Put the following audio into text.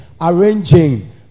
arranging